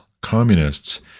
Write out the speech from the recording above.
communists